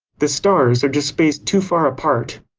the stars are just spaced too far apart.